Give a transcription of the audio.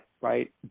right